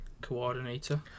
coordinator